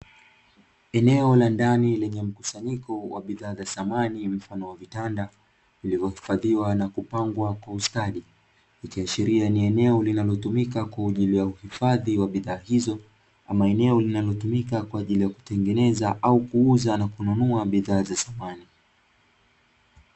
Eneo la ndani lenye mkusanyiko wa bidhaa za samani, na mfano wa vitanda nilivyohifadhiwa na kupangwa kustadi ikiashiria ni eneo linalotumika kwa ajili ya uhifadhi wa bidhaa hizo kwa maeneo linalotumika kwa ajili ya kutengeneza au kuuza na kununua bidhaa za samani